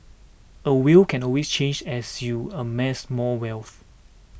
a will can always change as you amass more wealth